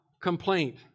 complaint